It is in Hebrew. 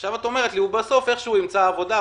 עכשיו את אומרת לי בסוף הוא איכשהו ימצא עבודה,